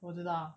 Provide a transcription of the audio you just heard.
我知道啊